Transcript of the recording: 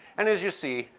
and as you see,